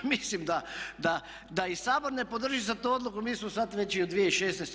Mislim da i Sabor ne podrži sad tu odluku mi smo sad već i u 2016.